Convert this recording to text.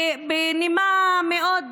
ובנימה מאוד,